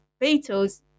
beatles